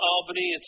Albany